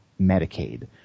Medicaid